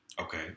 Okay